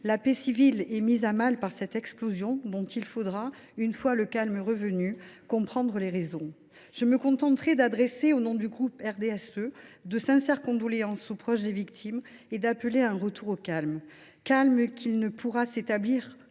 la paix civile est mise à mal par une explosion dont il faudra, une fois le calme revenu, comprendre les raisons ? Je me contenterai, au nom du groupe du RDSE, d’adresser de sincères condoléances aux proches des victimes et d’appeler à un retour au calme, qui ne pourra se produire